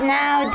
now